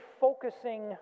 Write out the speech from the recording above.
focusing